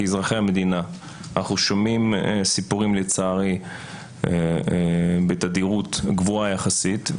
כאזרחי המדינה אנחנו שומעים לצערי סיפורים בתדירות גבוהה יחסית,